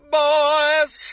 boys